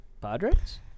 Padres